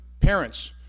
Parents